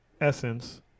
essence